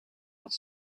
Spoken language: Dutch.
had